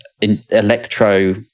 electro